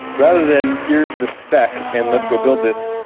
rather than, here's the spec and let's go build this,